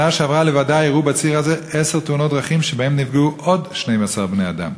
שעברה לבדה אירעו בציר הזה עשר תאונות דרכים ונפגעו בהן עוד 12 בני-אדם.